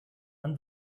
and